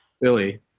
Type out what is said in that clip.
philly